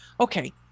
okay